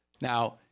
Now